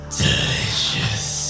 delicious